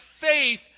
faith